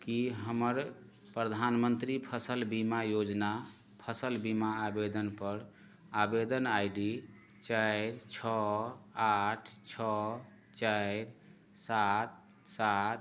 की हमर प्रधानमन्त्री फसल बीमा योजना फसल बीमा आवेदनपर आवेदन आइ डी चारि छओ आठ छओ चारि सात सात